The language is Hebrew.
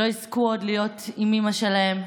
שלא יזכו עוד להיות עם אימא שלהם.